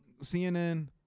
CNN